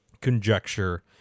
conjecture